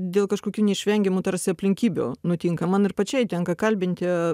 dėl kažkokių neišvengiamų tarsi aplinkybių nutinka man ir pačiai tenka kalbinti